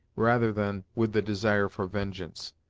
rather than with the desire for vengeance,